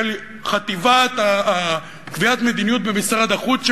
של חטיבת קביעת מדיניות במשרד החוץ,